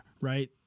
right